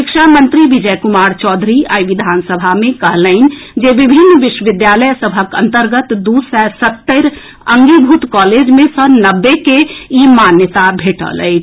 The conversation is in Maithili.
शिक्षा मंत्री विजय कुमार चौधरी आई विधानसभा मे कहलनि जे विभिन्न विश्वविद्यालय सभक अन्तर्गत दू सय सत्तरि अंगीभूत कॉलेज मे सँ नब्बे के ई मान्यता भेटल अछि